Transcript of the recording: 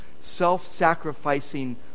self-sacrificing